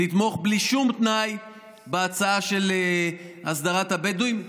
תתמוך בלי שום תנאי בהצעה להסדרת התיישבות הבדואים.